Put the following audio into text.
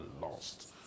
lost